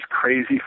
crazy